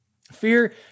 Fear